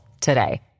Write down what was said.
today